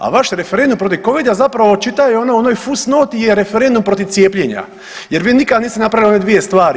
A vaš referendum protiv Covida zapravo čitaj ono u onoj fusnoti je referendum protiv cijepljenja jer vi nikad niste napravili one dvije stvari.